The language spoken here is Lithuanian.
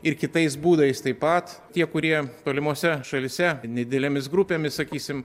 ir kitais būdais taip pat tie kurie tolimose šalyse nedidelėmis grupėmis sakysim